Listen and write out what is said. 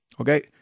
Okay